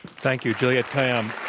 thank you, juliette kayyem.